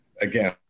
Again